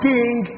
King